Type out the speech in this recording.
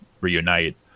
Reunite